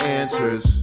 answers